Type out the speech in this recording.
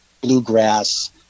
bluegrass